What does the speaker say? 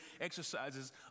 exercises